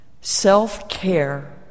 self-care